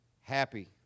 happy